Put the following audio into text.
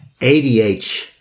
ADH